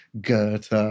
Goethe